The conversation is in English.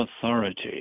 authority